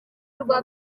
rwa